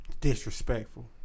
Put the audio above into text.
Disrespectful